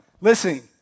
listen